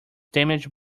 damaged